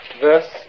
Verse